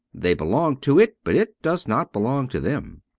they belong to it, but it does not belong to them.